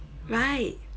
right